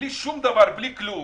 בלי כלום.